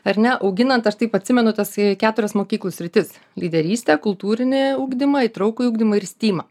ar ne auginant aš taip atsimenu tasai keturias mokyklų sritis lyderystę kultūrinį ugdymą įtraukųjį ugdymą ir stymą